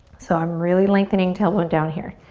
so i'm really lengthening tailbone down here.